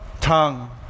tongue